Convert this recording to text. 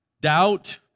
doubt